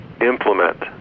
implement